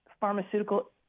pharmaceutical